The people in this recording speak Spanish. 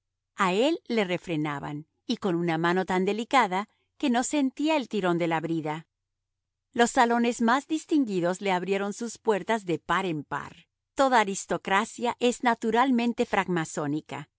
a él le refrenaban y con una mano tan delicada que no sentía el tirón de la brida los salones más distinguidos le abrieron sus puertas de par en par toda aristocracia es naturalmente